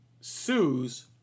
sues